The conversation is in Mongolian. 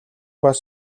бас